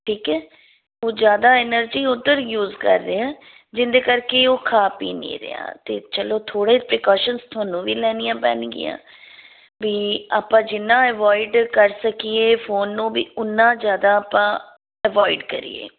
ਠੀਕ ਹੈ ਉਹ ਜ਼ਿਆਦਾ ਐਨਰਜੀ ਉੱਧਰ ਯੂਜ ਕਰ ਰਿਹਾ ਜਿਹਦੇ ਕਰਕੇ ਉਹ ਖਾ ਪੀ ਨਹੀਂ ਰਿਹਾ ਅਤੇ ਚਲੋ ਥੋੜ੍ਹੇ ਪਰਿਕੋਸ਼ਨਸ ਤੁਹਾਨੂੰ ਵੀ ਲੈਣੀਆਂ ਪੈਣਗੀਆਂ ਵੀ ਆਪਾਂ ਜਿੰਨਾ ਅਵੋਆਇਡ ਕਰ ਸਕੀਏ ਫੋਨ ਨੂੰ ਵੀ ਉੰਨਾ ਜ਼ਿਆਦਾ ਆਪਾਂ ਅਵੋਆਇਡ ਕਰੀਏ